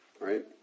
right